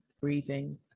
breathing